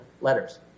letters